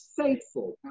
faithful